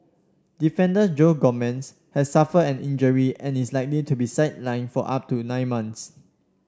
defender Joe Gomez has suffered an injury and is likely to be sidelined for up to nine months